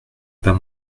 pas